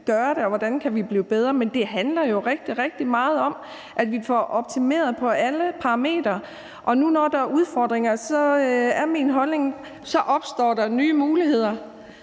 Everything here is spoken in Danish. gøre det, og hvordan kan vi blive bedre? Det handler jo rigtig, rigtig meget om, at vi får optimeret på alle parametre, og nu, når der er udfordringer, er min holdning, at så opstår der nye muligheder,